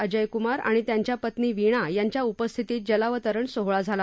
अजय कुमार आणि त्यांच्या पत्नी वीणा यांच्या उपस्थितीत जलावतरण सोहळा झाला